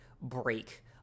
break